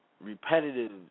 repetitive